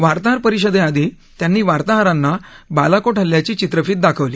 वार्ताहर परिषदे आधी त्यांनी वार्ताहरांना बालाकोट हल्ल्याची चित्रफीत दाखवली